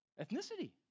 Ethnicity